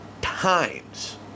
times